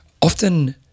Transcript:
often